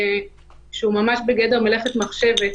שהוא ממש בגדר מלאכת מחשבת,